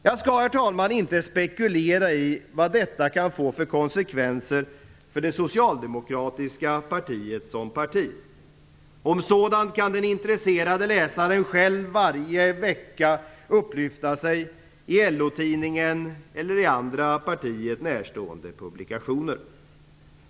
Herr talman! Jag skall inte spekulera i vad detta kan få för konsekvenser för det socialdemokratiska partiet som parti. Om sådant kan den intresserade själv varje vecka läsa i LO-tidningen eller i andra partiet närstående publikationer.